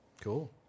Cool